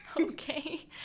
Okay